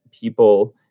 people